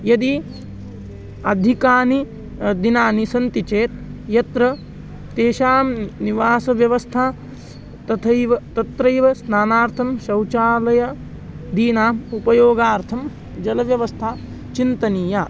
यदि अधिकानि दिनानि सन्ति चेत् यत्र तेषां निवासव्यवस्था तथैव तत्रैव स्नानार्थं शौचालयादीनाम् उपयोगार्थं जलव्यवस्था चिन्तनीया